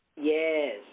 Yes